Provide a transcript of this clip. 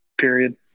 period